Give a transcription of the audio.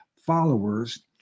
followers